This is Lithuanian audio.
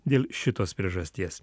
dėl šitos priežasties